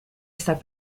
estar